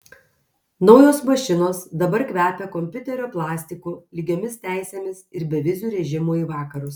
naujos mašinos dabar kvepia kompiuterio plastiku lygiomis teisėmis ir beviziu režimu į vakarus